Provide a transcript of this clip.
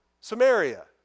Samaria